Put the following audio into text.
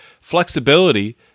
flexibility